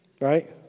Right